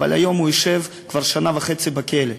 אבל הוא יושב כבר שנה וחצי בכלא,